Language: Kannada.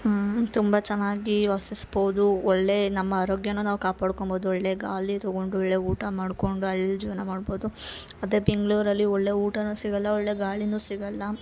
ಹ್ಞೂ ತುಂಬ ಚೆನ್ನಾಗಿ ವಾಸಿಸ್ಬೋದು ಒಳ್ಳೆಯ ನಮ್ಮ ಆರೋಗ್ಯನು ನಾವು ಕಾಪಾಡ್ಕೊಬೋದು ಒಳ್ಳೆಯ ಗಾಳಿ ತೊಗೊಂಡು ಒಳ್ಳೆಯ ಊಟ ಮಾಡ್ಕೊಂಡು ಅಲ್ಲಿ ಜೀವನ ಮಾಡ್ಬೋದು ಅದೆ ಬೆಂಗಳೂರಲ್ಲಿ ಒಳ್ಳೆಯ ಊಟನು ಸಿಗಲ್ಲ ಒಳ್ಳೆಯ ಗಾಳಿನು ಸಿಗಲ್ಲ